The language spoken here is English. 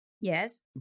Yes